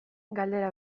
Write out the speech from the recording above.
galdera